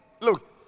Look